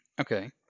okay